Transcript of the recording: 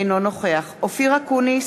אינו נוכח אופיר אקוניס,